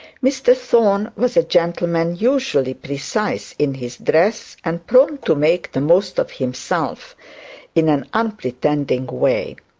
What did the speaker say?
mr thorne was a gentleman usually precise in his dress, and prone to make the most of himself in an unpretending way.